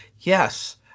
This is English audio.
Yes